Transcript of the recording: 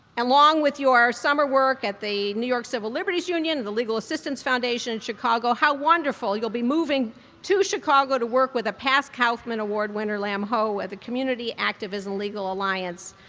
along with your summer work at the new york civil liberties union and the legal assistance foundation in chicago, how wonderful you'll be moving to chicago to work with a past kaufman award winner, lam ho, at the community activism legal alliance,